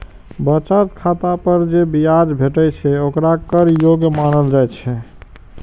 बचत खाता पर जे ब्याज भेटै छै, ओकरा कर योग्य मानल जाइ छै